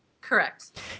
Correct